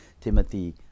Timothy